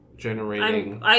generating